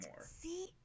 See